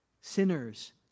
Sinners